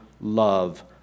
love